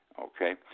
okay